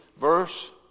verse